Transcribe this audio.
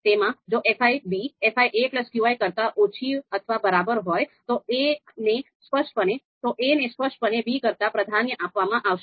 તેમાં જો fi fiqi કરતાં ઓછી અથવા બરાબર હોય તો a ને સ્પષ્ટપણે b કરતાં પ્રાધાન્ય આપવામાં આવશે